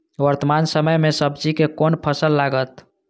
वर्तमान समय में सब्जी के कोन फसल लागत?